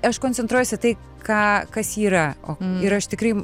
aš koncentruojuosi į tai ką kas yra o ir aš tikrai